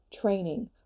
training